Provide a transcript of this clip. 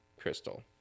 Crystal